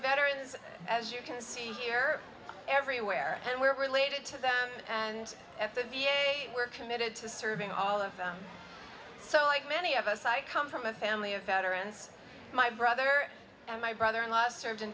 veterans as you can see here everywhere and we're related to them and if the v a we're committed to serving all of so i can many of us i come from a family of veterans my brother and my brother in law served in